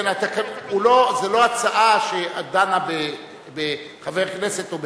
כן, זו לא הצעה שדנה בחבר כנסת או בסיעה,